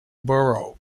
borough